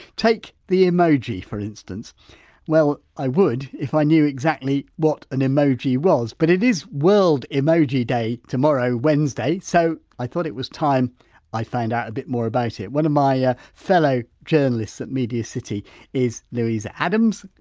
take the emoji, for instance well i would if i knew exactly what an emoji was. but it was world emoji day tomorrow, wednesday, so i thought it was time i found out a bit more about it. one of my yeah fellow journalists at media city is louisa adams.